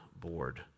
board